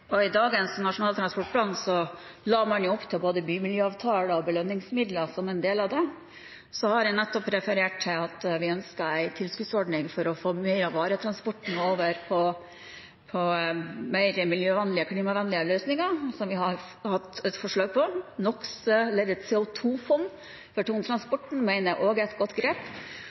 det. Så har jeg nettopp referert til at vi ønsker en tilskuddsordning for å få mye av varetransporten over på mer miljøvennlige og klimavennlige løsninger, som vi har hatt et forslag om. Et CO 2 -fond for tungtransporten mener jeg også er et godt grep,